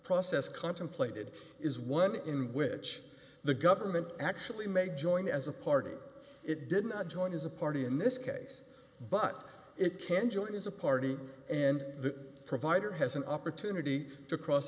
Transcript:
process contemplated is one in which the government actually may join as a party it didn't join as a party in this case but it can join as a party and the provider has an opportunity to cross